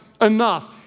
enough